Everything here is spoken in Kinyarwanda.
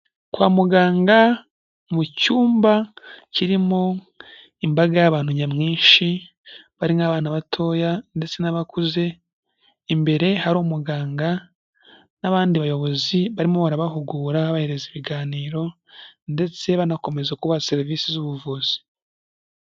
Kwa muganga mu cyumba kirimo imbaga y'abantu nyamwinshi, barimo abana batoya ndetse n'abakuze, imbere hari umuganga n'abandi bayobozi barimo barabahugura bahereza ibiganiro, ndetse banakomeza kuba serivisi z'ubuvuzi.